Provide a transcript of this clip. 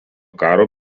karo